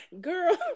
girl